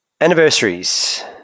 anniversaries